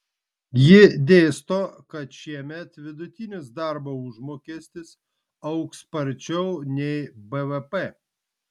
ji dėsto kad šiemet vidutinis darbo užmokestis augs sparčiau nei bvp